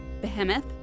Behemoth